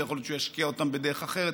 ויכול להיות שהוא ישקיע אותם בדרך אחרת,